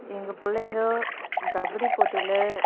எங்கள் பிள்ளைங்க கபடி போட்டியில்